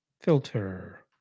filter